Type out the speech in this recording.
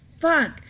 fuck